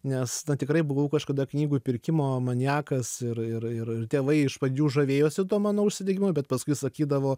nes tikrai buvau kažkada knygų pirkimo maniakas ir ir ir tėvai iš pradžių žavėjosi tuo mano užsidegimu bet paskui sakydavo